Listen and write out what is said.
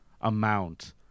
amount